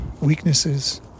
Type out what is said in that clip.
weaknesses